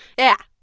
yeah.